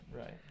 right